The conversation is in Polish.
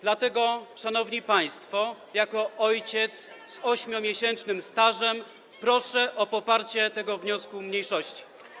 Dlatego, szanowni państwo, jako ojciec z 8-miesięcznym stażem proszę o poparcie tego wniosku mniejszości.